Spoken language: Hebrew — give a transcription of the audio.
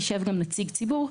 יישב גם נציג ציבור,